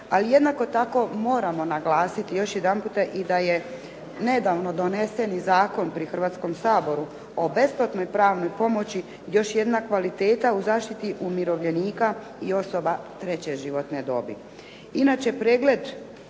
Ali jednako tako moramo naglasiti još jedanputa i da je nedavno donesen i Zakon pri Hrvatskom saboru o besplatnoj pravnoj pomoći još jedna kvaliteta u zaštiti umirovljenika i osoba treće životne dobi.